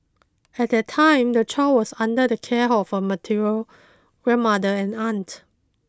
at that time the child was under the care of her material grandmother and aunt